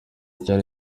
cyari